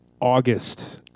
August